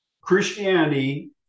Christianity